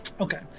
Okay